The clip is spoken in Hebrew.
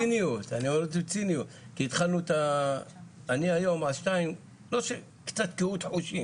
זה בציניות, אני היום, לא שקצת קהות חושים